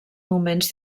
moments